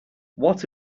what